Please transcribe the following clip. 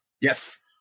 Yes